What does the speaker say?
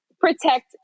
protect